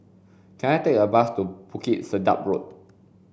can I take a bus to Bukit Sedap Road